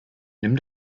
nimm